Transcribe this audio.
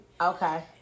Okay